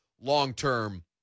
long-term